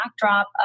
backdrop